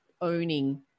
owning